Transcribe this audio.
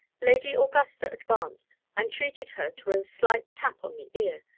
lady augusta advanced, and treated her to a slight tap on the ear,